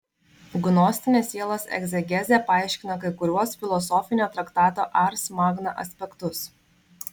gnostinė sielos egzegezė paaiškina kai kuriuos filosofinio traktato ars magna aspektus